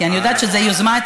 כי אני יודעת שזו יוזמה,